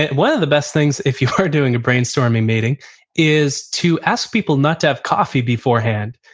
and one of the best things, if you are doing a brainstorming meeting is to ask people not to have coffee beforehand,